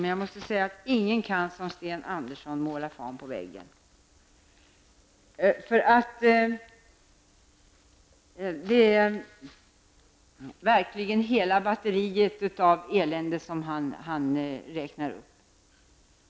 Men jag måste säga att ingen kan mäta sig med Sten Andersson i Malmö när det gäller att måla fan på väggen. Det är verkligen ett helt ''batteri'' av elände som han här tar upp.